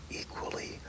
equally